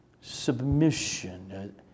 submission